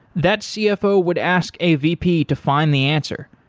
that cfo would ask a vp to find the answer.